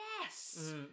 yes